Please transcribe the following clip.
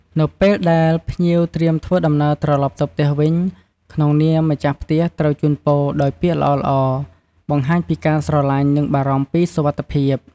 នៅពេលដែលភ្ញៀវត្រៀមធ្វើដំណើរត្រឡប់ទៅផ្ទះវិញ ក្នងនាមម្ចាស់ផ្ទះត្រូវជូនពរដោយពាក្យល្អៗ បង្ហាញពីការស្រឡាញ់ និងបារម្ភពីសុវត្ថិភាព។